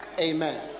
amen